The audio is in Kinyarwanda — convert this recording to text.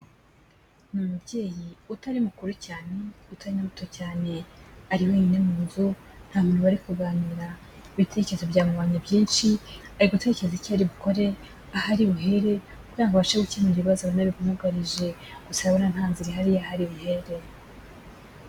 Ni umubyeyi utari mukuru cyane, utari muto cyane. Ari wenyine mu nzu, nta muntu bari kuganira. Ibitekerezo byamubonye byinshi, ari gutekereza icyo ari bukore, aho ari buhere kugira ngo abashe gukemura ibibazo bimwugarije. Gusa urabonako nta nzira ihari y'aho ari buhere.